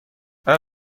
آیا